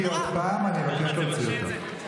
עוד פעם אני אבקש להוציא אותך.